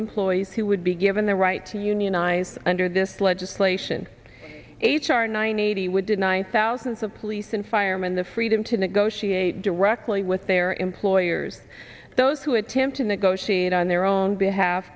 employees who would be given the right to unionize under this legislation h r nine hundred eighty would deny thousands of police and firemen the freedom to negotiate directly with their employers those who attempt to negotiate on their own behalf